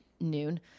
noon